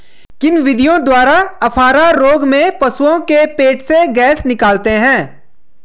किन विधियों द्वारा अफारा रोग में पशुओं के पेट से गैस निकालते हैं?